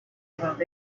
about